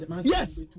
Yes